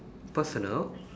personal